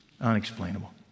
Unexplainable